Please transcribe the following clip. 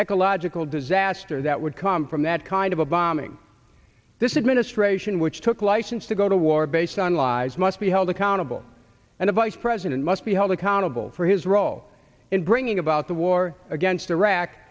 ecological disaster that would come from that kind of a bombing this administration which took license to go to war based on lies must be held accountable and a vice president must be held accountable for his role in bringing about the war against